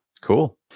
cool